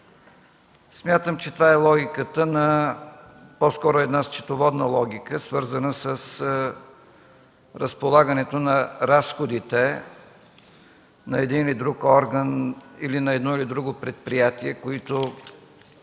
Смятам, че това е по-скоро една счетоводна логика, свързана с разполагането на разходите на един или друг орган, на едно или друго предприятие, които